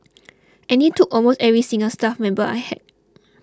and he took almost every single staff member I had